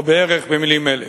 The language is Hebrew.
או בערך במלים אלה.